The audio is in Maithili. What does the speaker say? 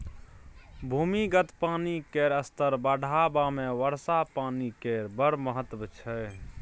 भूमिगत पानि केर स्तर बढ़ेबामे वर्षा पानि केर बड़ महत्त्व छै